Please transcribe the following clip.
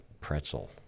pretzel